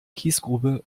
kiesgrube